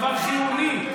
דבר חיוני,